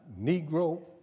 Negro